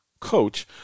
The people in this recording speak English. coach